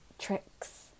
tricks